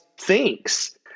thinks